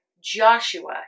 Joshua